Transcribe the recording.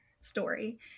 story